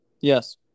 Yes